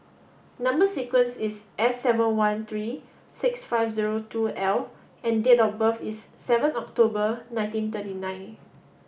number sequence is S seven one three six five zero two L and date of birth is seven October nineteen thirty nine